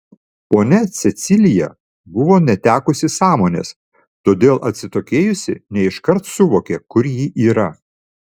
ponia cecilija buvo netekusi sąmonės todėl atsitokėjusi ne iškart suvokė kur ji yra